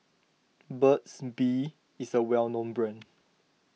Burt's Bee is a well known brand